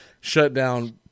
shutdown